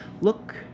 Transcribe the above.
look